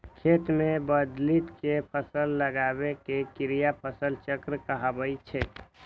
खेत मे बदलि कें फसल लगाबै के क्रिया फसल चक्र कहाबै छै